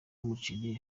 umuceri